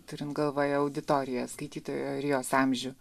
turint galvoje auditoriją skaitytojo ir jos amžių